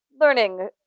learning